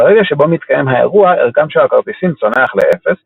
ברגע שבו מתקיים האירוע ערכם של הכרטיסים צונח לאפס,